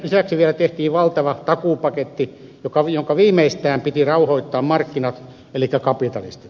lisäksi vielä tehtiin valtava takuupaketti jonka viimeistään piti rauhoittaa markkinat elikkä kapitalistit